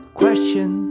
question